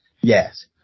Yes